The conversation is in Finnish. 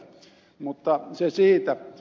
mutta se siitä